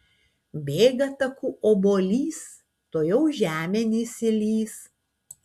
bėga taku obuolys tuojau žemėn jis įlįs